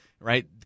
Right